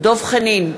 דב חנין,